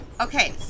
Okay